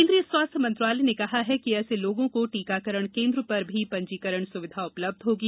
केन्द्रीय स्वास्थ्य मंत्रालय ने कहा है ऐसे लोगों को टीकाकरण केन्द्र पर भी पंजीकरण सुविधा उपलब्ध होगी